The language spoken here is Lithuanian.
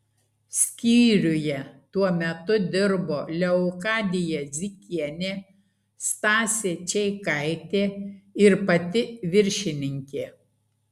skyriuje tuo metu dirbo leokadija zikienė stasė čeikaitė ir pati viršininkė